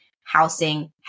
housing